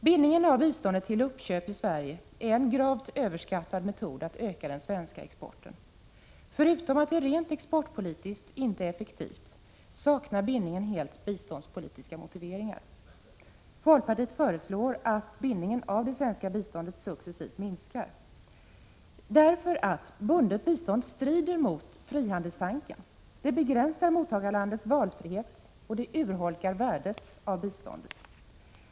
Bindningen av biståndet till uppköp i Sverige är en gravt överskattad metod att öka den svenska exporten. Förutom att det rent exportpolitiskt inte är effektivt saknar bindningen helt biståndspolitiska motiveringar. Folkpartiet föreslår att bindningen av det svenska biståndet successivt skall minska. Bundet bistånd strider mot frihandelstanken. Det begränsar mottagarlandets valfrihet och urholkar värdet av biståndet.